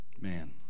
Man